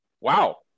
Wow